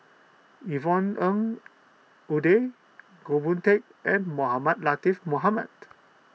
Yvonne Ng Uhde Goh Boon Teck and Mohamed Latiff Mohamed